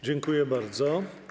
Dziękuję bardzo.